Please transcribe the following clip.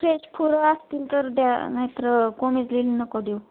fresh फुलं असतील तर द्या नाहीतर कोमेजलेलं नको देऊ